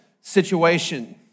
situation